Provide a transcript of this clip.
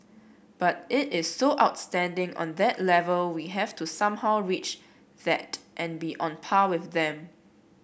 but it is so outstanding on that level we have to somehow reach that and be on par with them